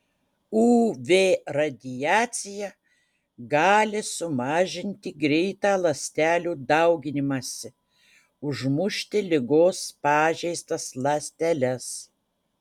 uv radiacija gali sumažinti greitą ląstelių dauginimąsi užmušti ligos pažeistas ląsteles